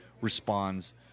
responds